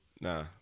Nah